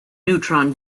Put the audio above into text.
neutron